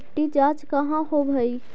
मिट्टी जाँच कहाँ होव है?